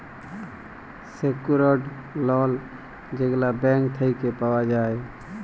secured লল যেগলা bank থ্যাইকে পাউয়া যায়